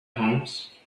homes